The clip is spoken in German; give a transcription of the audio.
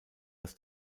das